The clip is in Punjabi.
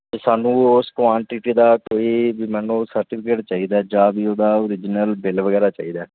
ਅਤੇ ਸਾਨੂੰ ਉਸ ਕੁਐਂਟਿਟੀ ਦਾ ਕੋਈ ਵੀ ਮੰਨ ਲਓ ਸਰਟੀਫਿਕੇਟ ਚਾਹੀਦਾ ਜਾਂ ਵੀ ਉਹਦਾ ਓਰੀਜ਼ਨਲ ਬਿੱਲ ਵਗੈਰਾ ਚਾਹੀਦਾ